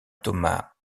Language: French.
thomas